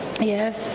Yes